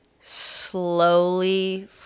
slowly